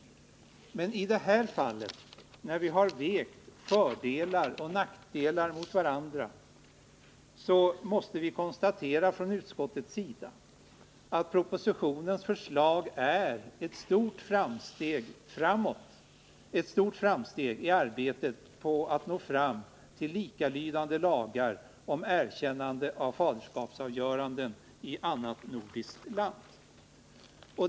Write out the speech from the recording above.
Men i detta fall måste vi, efter att ha vägt fördelar och nackdelar mot varandra, konstatera att propositionens förslag är ett stort framsteg i arbetet på att få fram likalydande lagar om erkännande av faderskapsavgöranden i annat nordiskt land.